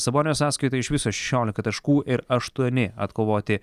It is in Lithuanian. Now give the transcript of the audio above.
sabonio sąskaitoje iš viso šešiolika taškų ir aštuoni atkovoti